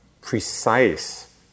precise